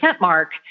mark